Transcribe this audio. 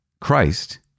Christ